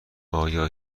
آیا